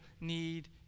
need